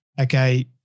okay